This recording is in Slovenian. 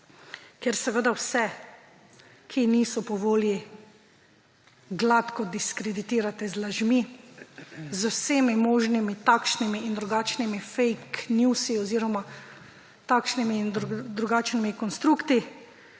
kjer seveda vse, ki niso po volji, gladko diskreditirate z lažmi, z vsemi možnimi, takšnimi in drugačnimi, fejk njusi oziroma takšnimi in drugačnimi konstrukti.